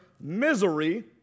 misery